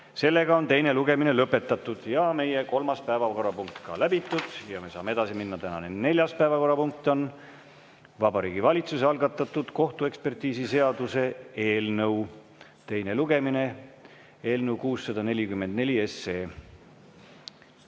Sellega on teine lugemine lõpetatud ja meie kolmas päevakorrapunkt läbitud. Ja me saame edasi minna. Tänane neljas päevakorrapunkt on Vabariigi Valitsuse algatatud kohtuekspertiisiseaduse eelnõu teine lugemine. Eelnõu 644.